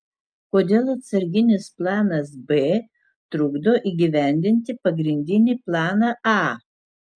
kodėl atsarginis planas b trukdo įgyvendinti pagrindinį planą a